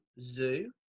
Zoo